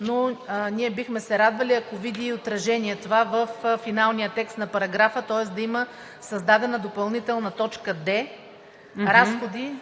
но ние бихме се радвали, ако види отражение това и във финалния текст на параграфа, тоест да има създадена допълнителна точка „д“ – Разходи...